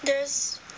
there's